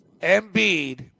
Embiid